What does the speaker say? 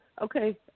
Okay